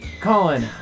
Colin